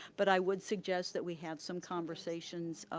but i would suggest that we have some conversations.